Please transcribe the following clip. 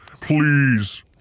Please